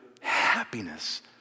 happiness